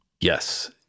Yes